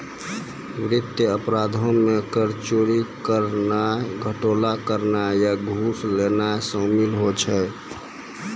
वित्तीय अपराधो मे कर चोरी करनाय, घोटाला करनाय या घूस लेनाय शामिल होय छै